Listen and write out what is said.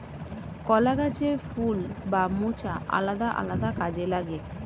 কলা গাছের ফুল বা মোচা আলাদা আলাদা কাজে লাগে